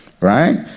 right